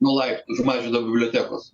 nuo laiptų už mažvydo bibliotekos